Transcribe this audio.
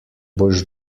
boš